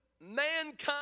mankind